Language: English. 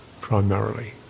primarily